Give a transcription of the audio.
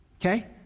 Okay